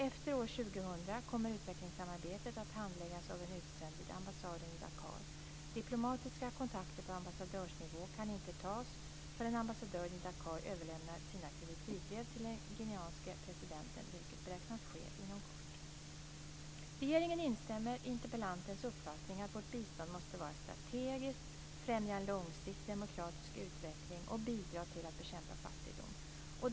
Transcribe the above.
Efter år 2000 kommer utvecklingssamarbetet att handläggas av en utsänd vid ambassaden i Dakar. Diplomatiska kontakter på ambassadörsnivå kan inte tas förrän ambassadören i Dakar överlämnar sina kreditivbrev till den guineanske presidenten, vilket beräknas ske inom kort. Regeringen instämmer i interpellantens uppfattning att vårt bistånd måste vara strategiskt, främja en långsiktig demokratisk utveckling och bidra till att bekämpa fattigdom.